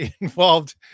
involved